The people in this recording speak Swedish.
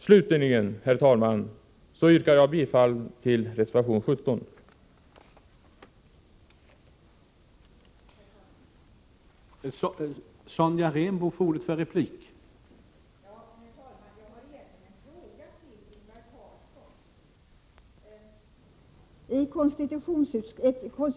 Slutligen, herr talman, yrkar jag bifall till reservationerna 15 och 17.